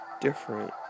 different